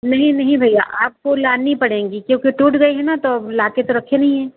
नहीं नहीं भैया आपको लानी पड़ेगी क्योंकि टूट गई है न तो अब लाके तो रखे नहीं हैं